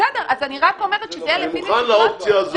אני מוכן לאופציה הזאת,